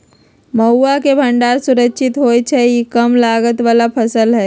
मरुआ के भण्डार सुरक्षित होइ छइ इ कम लागत बला फ़सल हइ